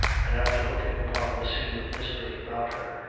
and after looking upon the scene of misery about her,